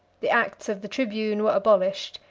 the acts of the tribune were abolished,